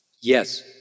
Yes